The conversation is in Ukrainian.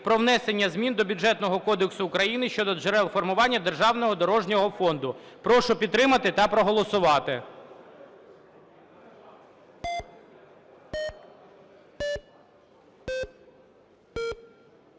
про внесення змін до Бюджетного кодексу України щодо джерел формування державного дорожнього фонду. Прошу підтримати та проголосувати.